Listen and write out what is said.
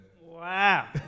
Wow